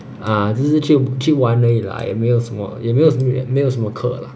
ah 就是去去玩而已啦也没有什么也没有什么没有什么课啦